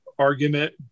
Argument